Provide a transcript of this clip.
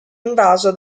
invaso